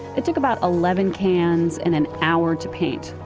it took about eleven cans and an hour to paint,